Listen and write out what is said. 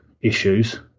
issues